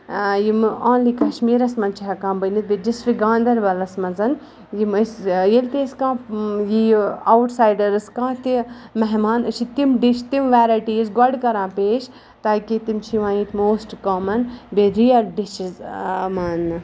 یِم آنلی کَشمیٖرَس منٛز چھِ ہیٚکان بٔنِتھ بیٚیہِ ڈِسٹرک گاندربالَس منٛز یِم ٲسۍ ییٚلہِ تہِ أسۍ کانٛہہ اَوُٹ سایڈَرس کانٛہہ تہِ مہمان أسۍ چھِ تِم ڈِش تِم ویرایٹیٖز گۄڈٕ کران پیش تاکہِ تِم چھِ یِوان ییٚتہِ موسٹ کامَن بیٚیہِ رِیل ڈِشٕز ماننہٕ